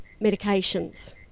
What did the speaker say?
medications